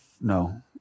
No